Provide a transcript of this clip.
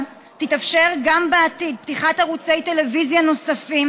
תתאפשר גם בעתיד פתיחת ערוצי טלוויזיה נוספים,